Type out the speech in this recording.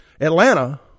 Atlanta